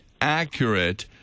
accurate